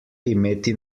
imeti